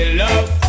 love